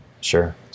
Sure